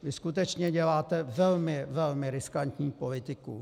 Vy skutečně děláte velmi, velmi riskantní politiku.